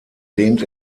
lehnt